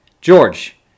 George